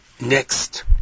next